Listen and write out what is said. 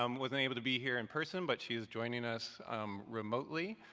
um wasn't able to be here in person, but she is joining us um remotely,